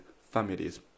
families